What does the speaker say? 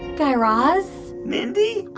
guy raz? mindy?